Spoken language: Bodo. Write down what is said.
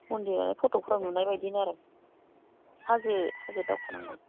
मन्दिरालाय फटकफ्राव नुनाय बायदिनो आरो हाजो हाजो दावखोनांगौ